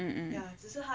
mm mm